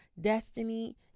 destiny